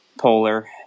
polar